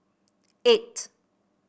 eight